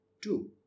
two